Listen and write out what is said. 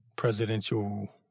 presidential